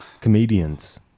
comedians